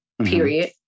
period